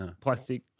Plastic